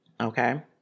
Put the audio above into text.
okay